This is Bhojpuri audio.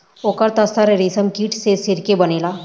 ओकर त सर रेशमकीट से सिल्के बनेला